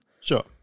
Sure